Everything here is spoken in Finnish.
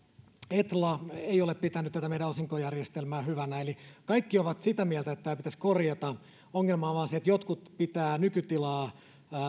etla ei ole pitänyt tätä meidän osinkojärjestelmää hyvänä eli kaikki ovat sitä mieltä että tämä pitäisi korjata ongelma on vain se että jotkut pitävät nykytilaa